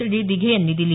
D Dighe यांनी दिली